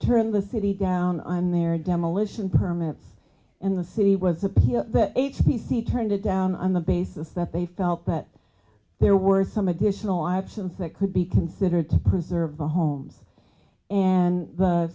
turned the city down on their demolition permits and the city was appeal that a t c turned it down on the basis that they felt that there were some additional options that could be considered to preserve the homes and the